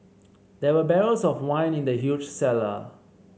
there were barrels of wine in the huge cellar